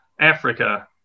Africa